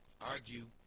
argue